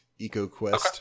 EcoQuest